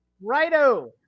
Righto